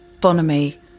Bonamy